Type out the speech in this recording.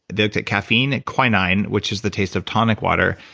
they looked at caffeine quinine which is the taste of tonic water,